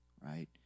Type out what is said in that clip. right